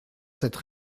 cette